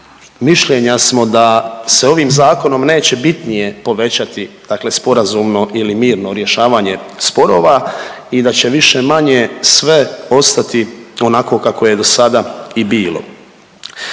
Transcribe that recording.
mišljenja smo da se ovim zakonom neće bitnije povećati dakle sporazumno ili mirno rješavanje sporova i da će više-manje sve ostati onako kako je dosada i bilo.